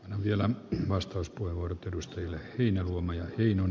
on vielä vastaus puhunut edustaja lehti huomioi pinon